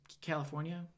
California